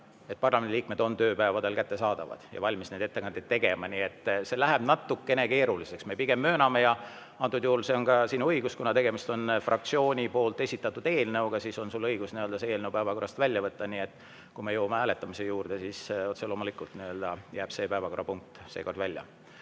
et parlamendiliikmed on tööpäevadel kättesaadavad ja valmis neid ettekandeid tegema. [Muidu] see läheks natukene keeruliseks. Me pigem mööname – antud juhul on see ka sinu õigus, kuna tegemist on fraktsiooni esitatud eelnõuga –, et on õigus see eelnõu päevakorrast välja võtta. Nii et kui me jõuame hääletamise juurde, siis otse loomulikult jääb see päevakorrapunkt seekord välja.